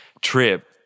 trip